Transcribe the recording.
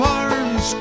arms